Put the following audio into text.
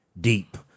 deep